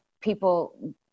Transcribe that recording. people